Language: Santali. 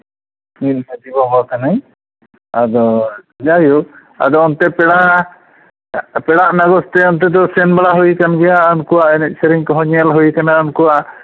ᱯᱤᱲ ᱢᱟᱹᱡᱷᱤ ᱵᱟᱵᱟ ᱠᱟᱱᱟᱹᱧ ᱟᱫᱚ ᱡᱟᱭᱦᱳᱠ ᱟᱫᱚ ᱚᱱᱛᱮ ᱯᱮᱲᱟ ᱯᱮᱲᱟᱜ ᱵᱟᱵᱚᱛ ᱛᱮ ᱚᱱᱛᱮ ᱫᱚ ᱥᱮᱱ ᱵᱟᱲᱟ ᱦᱩᱭ ᱠᱟᱱ ᱜᱮᱭᱟ ᱩᱱᱠᱩᱣᱟᱜ ᱮᱱᱮᱡ ᱥᱮᱨᱮᱧ ᱠᱚᱦᱚᱸ ᱧᱮᱞ ᱦᱩᱭ ᱠᱟᱱᱟ ᱩᱱᱠᱩᱣᱟᱜ